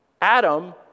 Adam